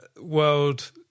world